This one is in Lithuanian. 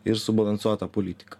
ir subalansuota politika